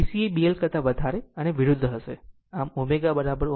જો B C એ B L કરતા વધારે અને વિરુદ્ધ હશે